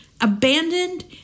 abandoned